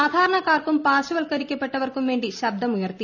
സാധാരണക്കാർക്കും പാർശ്വവൽക്കരിക്കപ്പെട്ടവർക്കും വേണ്ടി ശബ്ദമുയർത്തി